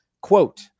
quote